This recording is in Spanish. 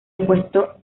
opuesto